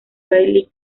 riley